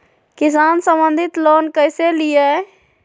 किसान संबंधित लोन कैसै लिये?